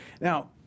Now